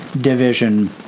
division